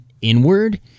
inward